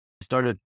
started